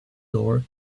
door